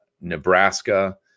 Nebraska